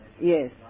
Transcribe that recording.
Yes